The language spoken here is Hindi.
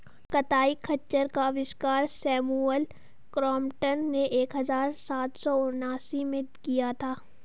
कताई खच्चर का आविष्कार सैमुअल क्रॉम्पटन ने एक हज़ार सात सौ उनासी में किया था